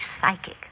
psychic